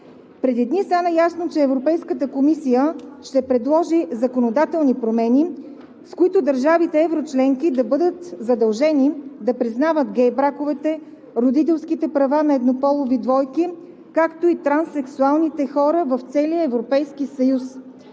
Преди дни стана ясно, че Европейската комисия ще предложи законодателни промени, с които държавите – членки на Европейския съюз, да бъдат задължени да признават гей-браковете, родителските права на еднополови двойки, както и транссексуалните хора в целия Европейски съюз.